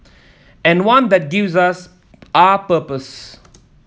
and one that gives us our purpose